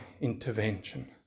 intervention